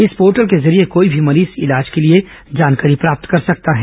इस पोर्टल के जरिये कोई भी मरीज इलाज के लिए जानकारी प्राप्त कर सकता है